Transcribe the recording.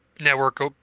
network